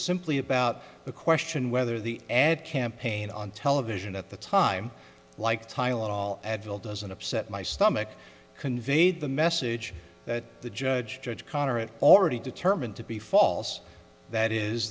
simply about the question whether the ad campaign on television at the time like tylenol advil doesn't upset my stomach conveyed the message that the judge judge connor it already determined to be false that is